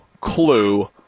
clue